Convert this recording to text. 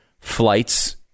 flights